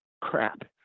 crap